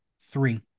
Three